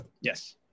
yes